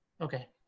okay